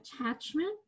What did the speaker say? attachment